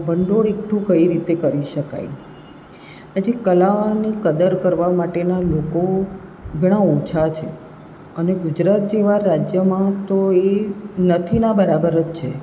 ભંડોળ એકઠું કઈ રીતે કરી શકાય આજે કલાની કદર કરવા માટેના લોકો ઘણા ઓછા છે અને ગુજરાત જેવા રાજ્યમાં તો એ નથીના બરાબર જ છે